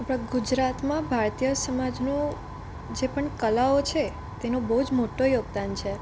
આપણા ગુજરાતમાં ભારતીય સમાજમાં જે પણ કલાઓ છે તેનો બહુ જ મોટો યોગદાન છે